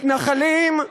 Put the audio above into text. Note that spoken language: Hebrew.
מתנחלים,